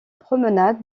promenade